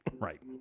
right